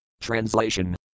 Translation